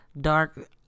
dark